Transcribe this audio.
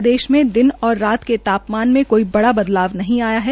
प्रदेश में दिन और रात के तापमान मे कोई बदलाव नहीं आया है